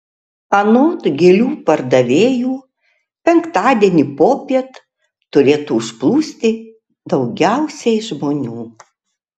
anot gėlių pardavėjų penktadienį popiet turėtų užplūsti daugiausiai žmonių